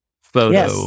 photo